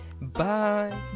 Bye